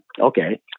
Okay